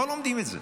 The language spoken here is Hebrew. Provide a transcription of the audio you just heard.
לא לומדים את זה.